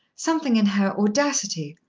something in her audacity,